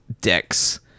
decks